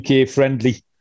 UK-friendly